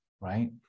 right